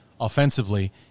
offensively